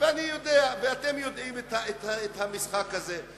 ואני יודע ואתם יודעים את המשחק הזה.